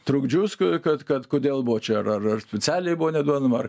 trukdžius kad kad kodėl buvo čia ar ar specialiai buvo neduodama ar